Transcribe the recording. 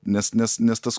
nes nes nes tas